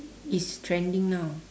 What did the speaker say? is trending now